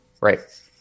right